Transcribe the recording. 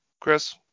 chris